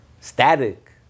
static